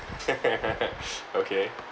okay